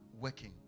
working